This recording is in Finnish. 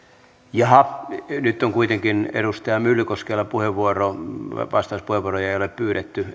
jaha nyt on kuitenkin edustaja myllykoskella puheenvuoro vastauspuheenvuoroja ei ole pyydetty